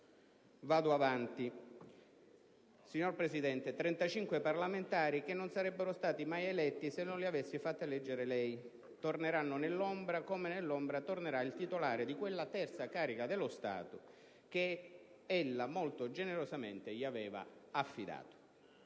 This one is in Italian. testualmente: «Signor Presidente, 35 parlamentari che non sarebbero mai stati eletti se non li avesse fatti eleggere lei. Torneranno nell'ombra, come nell'ombra tornerà il titolare di quella terza carica dello Stato che ella molto generosamente gli aveva affidato.